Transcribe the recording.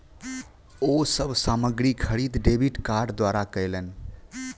ओ सब सामग्री खरीद डेबिट कार्ड द्वारा कयलैन